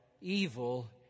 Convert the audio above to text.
evil